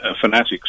fanatics